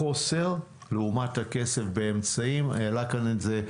החוסר לעומת הכסף באמצעים העלה כאן את זה.